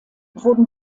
wurden